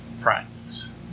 practice